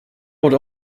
would